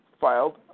filed